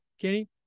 Kenny